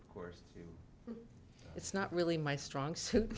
of course it's not really my strong suit